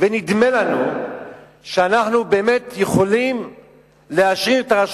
ונדמה לנו שאנחנו באמת יכולים להשאיר את הרשות